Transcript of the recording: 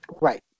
Right